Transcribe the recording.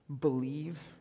believe